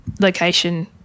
location